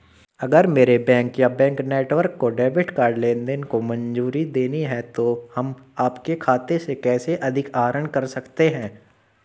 अगर मेरे बैंक या बैंक नेटवर्क को डेबिट कार्ड लेनदेन को मंजूरी देनी है तो हम आपके खाते से कैसे अधिक आहरण कर सकते हैं?